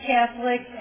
Catholic